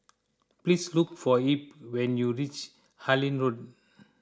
please look for Ebb when you reach Harlyn Road